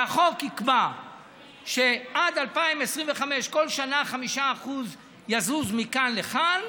והחוק יקבע שעד 2025, בכל שנה 5% יזוזו מכאן לכאן.